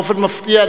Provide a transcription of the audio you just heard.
באופן מפתיע,